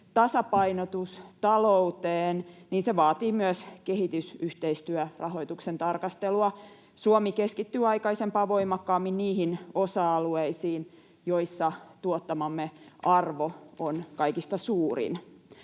tasapainotus talouteen, niin se vaatii myös kehitysyhteistyörahoituksen tarkastelua. Suomi keskittyy aikaisempaa voimakkaammin niihin osa-alueisiin, joissa tuottamamme arvo on kaikista suurin.